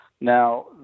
Now